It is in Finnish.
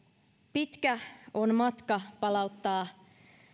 pitkä on matka palauttaa